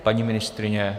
Paní ministryně?